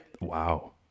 Wow